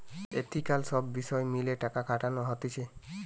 ethical সব বিষয় মেলে টাকা খাটানো হতিছে